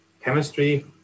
chemistry